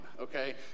okay